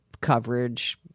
coverage